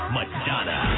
Madonna